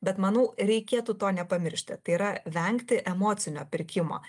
bet manau reikėtų to nepamiršti tai yra vengti emocinio pirkimo